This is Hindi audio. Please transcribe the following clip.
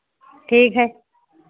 ठीक है